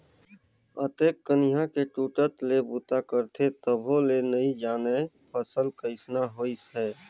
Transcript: अतेक कनिहा के टूटट ले बूता करथे तभो ले नइ जानय फसल कइसना होइस है